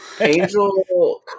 Angel